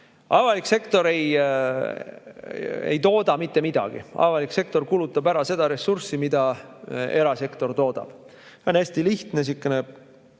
Avalik sektor ei tooda mitte midagi, avalik sektor kulutab seda ressurssi, mida erasektor toodab. See on sihukene